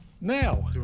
Now